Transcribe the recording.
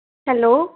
hello